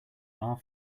are